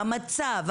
המצב,